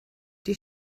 die